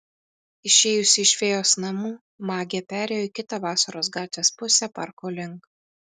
išėjusi iš fėjos namų magė perėjo į kitą vasaros gatvės pusę parko link